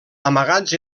amagats